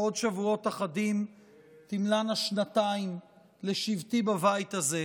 בעוד שבועות אחדים תמלאנה שנתיים לשבתי בבית הזה,